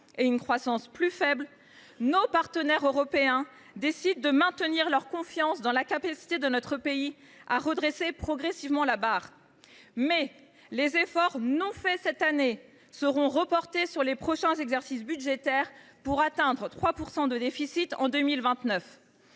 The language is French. et une croissance plus faible, nos partenaires européens ont décidé de maintenir leur confiance dans la capacité de notre pays à redresser progressivement la barre. Mais les efforts non faits cette année seront reportés sur les prochains exercices budgétaires, pour atteindre 3 % du déficit en 2029.